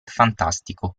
fantastico